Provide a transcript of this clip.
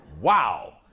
Wow